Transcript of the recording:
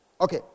Okay